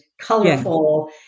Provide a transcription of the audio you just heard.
colorful